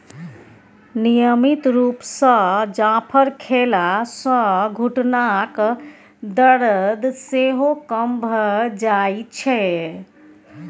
नियमित रुप सँ जाफर खेला सँ घुटनाक दरद सेहो कम भ जाइ छै